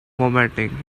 formatting